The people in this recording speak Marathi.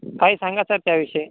काही सांगा सर त्याविषयी